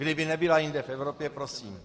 Kdyby nebyla jinde v Evropě, prosím.